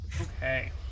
okay